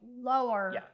lower